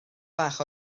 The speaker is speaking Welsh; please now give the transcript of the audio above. bach